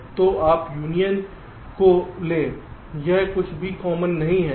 तो आप यूनियन को लें यह कुछ भी कॉमन नहीं है